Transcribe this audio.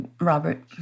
Robert